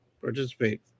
participate